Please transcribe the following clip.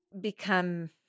become